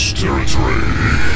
territory